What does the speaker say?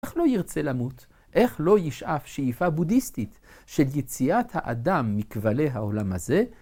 איך לא ירצה למות? איך לא ישאף שאיפה בודהיסטית של יציאת האדם מכבלי העולם הזה?